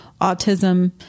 autism